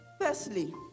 Firstly